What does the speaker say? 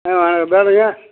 ஆ ஆ வேறேங்க